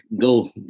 go